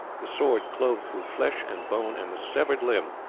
the sword clove through flesh and bone, and the severed limb,